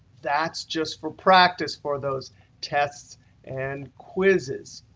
that's just for practice for those tests and quizzes.